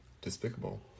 despicable